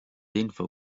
info